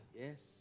Yes